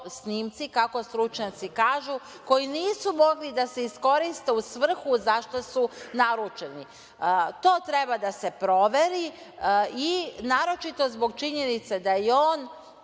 kako stručnjaci kažu, koji nisu mogli da se iskoriste u svrhu za šta su naručeni. To treba da se proveri i naročito zbog činjenice da je on